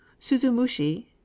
Suzumushi